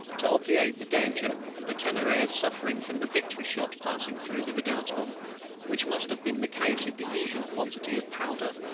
to obviate the danger of the temeraire's suffering from the victory's shot passing through the redoutable which must have been the case if the usual quantity of powder,